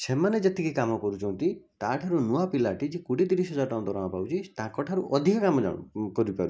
ସେମାନେ ଯେତିକି କାମ କରୁଛନ୍ତି ତାଠାରୁ ନୂଆ ପିଲାଟି ଯେ କୋଡ଼ିଏ ତିରିଶି ହଜାର ଟଙ୍କା ଦରମା ପାଉଛି ତାଙ୍କଠାରୁ ଅଧିକା କାମ ଜାଣ କରିପାରୁଛି